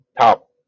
top